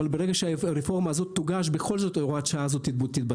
אבל ברגע שהרפורמה הזאת תוגש בכל זאת הוראת השעה הזו תתבטל,